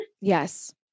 yes